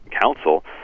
Council